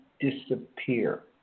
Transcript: disappear